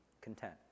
content